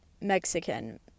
Mexican